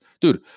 Dude